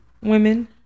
Women